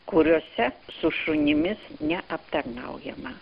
kuriose su šunimis neaptarnaujama